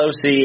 OC